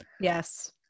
Yes